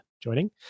joining